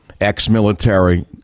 ex-military